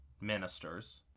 ministers